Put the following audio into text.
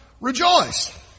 Rejoice